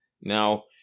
now